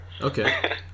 Okay